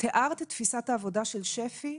שצריך לאתר את הילדים,